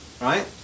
right